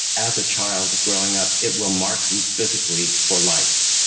as a child growing up, it will mark you physically for life.